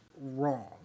wrong